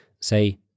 Say